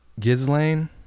Gizlane